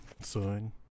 son